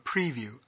preview